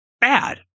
bad